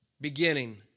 beginning